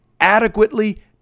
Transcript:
adequately